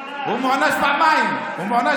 הוא מוענש, הוא מוענש.